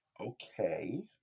okay